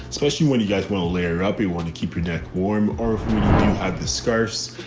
especially when you guys want to layer up. you want to keep your neck warm, or if we do have this scarf.